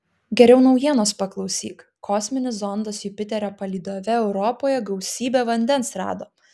geriau naujienos paklausyk kosminis zondas jupiterio palydove europoje gausybę vandens rado